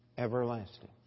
Everlasting